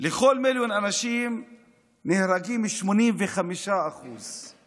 על כל מיליון אנשים נהרגים 85. לא